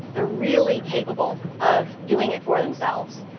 they're really capable of doing it for themselves.